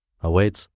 awaits